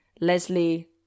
Leslie